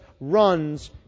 runs